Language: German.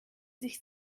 sich